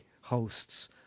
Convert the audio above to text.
hosts